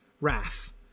wrath